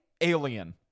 Alien